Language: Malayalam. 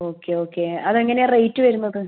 ഓക്കെ ഓക്കെ അത് എങ്ങനെയാണ് റേറ്റ് വരുന്നത്